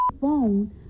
phone